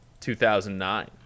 2009